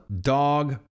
dog